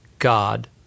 God